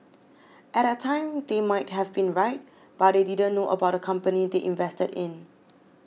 at that time they might have been right but they didn't know about the company they invested in